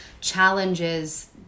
challenges